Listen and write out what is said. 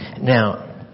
Now